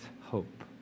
hope